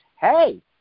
hey